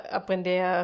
aprender